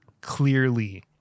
clearly